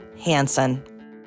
Hansen